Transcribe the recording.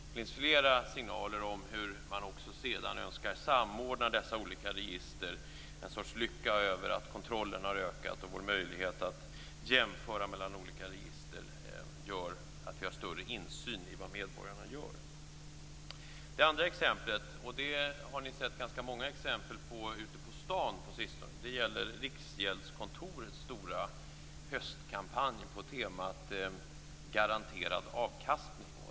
Det finns flera signaler om hur man önskar samordna dessa olika register, en sorts lycka över att kontrollen har ökat och att vår möjlighet att jämföra mellan olika register gör att vi har större insyn i vad medborgarna gör. Det andra är - där har vi sett ganska många exempel ute på stan på sistone - Riksgäldskontorets stora höstkampanj på temat: Garanterad avkastning.